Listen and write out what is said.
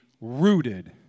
rooted